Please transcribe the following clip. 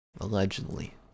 allegedly